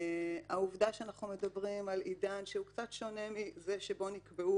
העובדה שאנחנו מדברים על עידן שהוא קצת שונה מזה שבו נקבעו